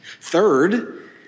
Third